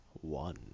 one